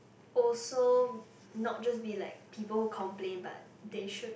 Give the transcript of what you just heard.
also not just be like people who complain but they should